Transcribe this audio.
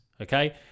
okay